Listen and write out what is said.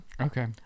okay